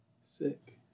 Sick